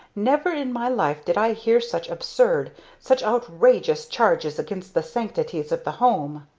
never in my life did i hear such absurd such outrageous charges against the sanctities of the home!